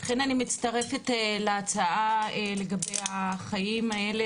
וכן, אני מצטרפת להצעה לגבי החיים האלה